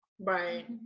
right